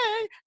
hey